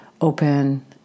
open